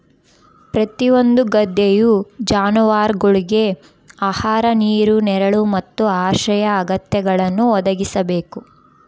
ಪ್ರತಿಯೊಂದು ಗದ್ದೆಯು ಜಾನುವಾರುಗುಳ್ಗೆ ಆಹಾರ ನೀರು ನೆರಳು ಮತ್ತು ಆಶ್ರಯ ಅಗತ್ಯಗಳನ್ನು ಒದಗಿಸಬೇಕು